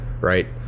right